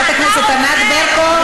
חברת הכנסת ענת ברקו,